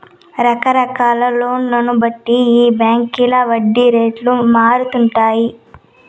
రకరకాల లోన్లను బట్టి ఈ బాంకీల వడ్డీ రేట్లు మారతండాయి